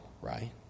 right